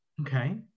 Okay